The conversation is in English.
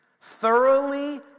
Thoroughly